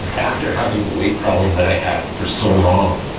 after having the weight problem that i had for so long,